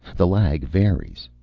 the lag varies.